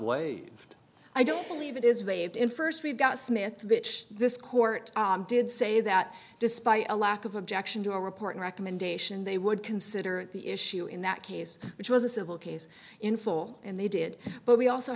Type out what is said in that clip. wait i don't believe it is waved in first we've got smith bitch this court did say that despite a lack of objection to a report recommendation they would consider the issue in that case which was a civil case in full and they did but we also